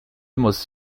muss